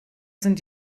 sind